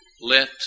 let